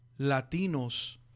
Latinos